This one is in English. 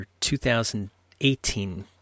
2018